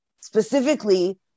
specifically